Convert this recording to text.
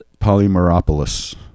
polymeropolis